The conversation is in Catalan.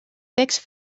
text